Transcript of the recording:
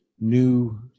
new